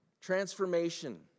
Transformation